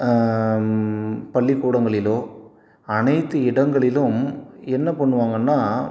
பள்ளிக்கூடங்களிலோ அனைத்து இடங்களிலும் என்ன பண்ணுவாங்கன்னா